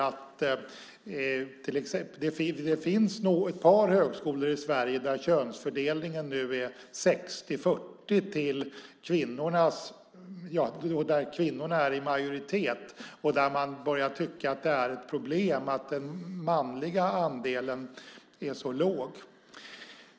Det finns nog ett par högskolor i Sverige där könsfördelningen nu är 60-40 och där kvinnorna är i majoritet. Man börjar tycka att det är ett problem att den manliga andelen är så låg.